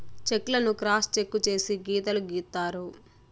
check లను cross check చేసి గీతలు గీత్తారు